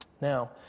Now